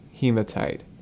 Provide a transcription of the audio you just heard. hematite